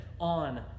on